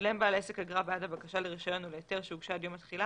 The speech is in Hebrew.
שילם בעל עסק אגרה בעד הבקשה לרישיון או להיתר שהוגשה עד יום התחילה,